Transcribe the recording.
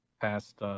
past